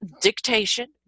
dictation